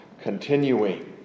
continuing